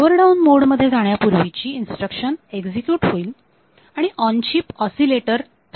power down mode मध्ये जाण्यापूर्वी ची इन्स्ट्रक्शन एक्झिक्युट होईल आणि ऑन चीप ऑसीलेटर थांबेल